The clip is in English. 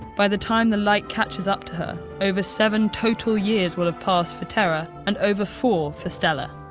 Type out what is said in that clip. by the time the light catches up to her, over seven total years will have passed for terra, and over four for stella.